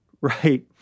right